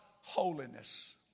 holiness